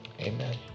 amen